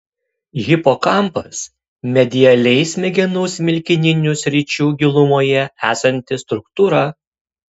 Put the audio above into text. hipokampas medialiai smegenų smilkininių sričių gilumoje esanti struktūra